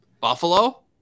Buffalo